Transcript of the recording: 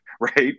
right